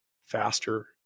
faster